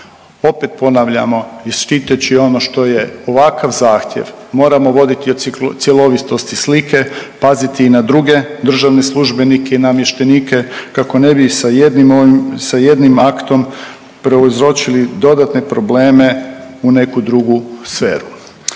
Opet ponavljamo i štiteći ono što je, ovakav zahtjev moramo voditi o cjelovitosti slike, paziti i na druge državne službenike i namještenike kako ne bi sa jednim ovim sa jednim aktom prouzročili dodatne probleme u neku drugu sferu.